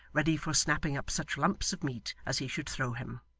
ready for snapping up such lumps of meat as he should throw him.